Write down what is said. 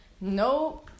no